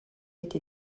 été